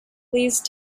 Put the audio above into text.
please